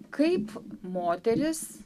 kaip moteris